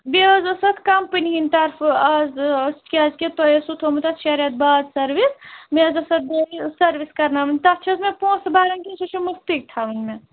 بیٚیہِ حظ ٲسۍ اَتھ کمپنی ۂنٛدِ طرفہٕ آز کیٛازِکہ تۄہہِ آوسُو تھاومُت اَتھ شےٚ ریٚتھ بعد سٕروِس مےٚ حظ ٲسۍ اَتھ بیٚیہِ سٕروِس کَرٕناوٕنۍ تَتھ چھِ حظ مےٚ پۄنٛسہٕ بَرٕنۍ کِنہٕ سُہ چھُ مُفتٕے تھاوٕنۍ مےٚ